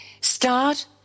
start